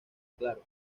claro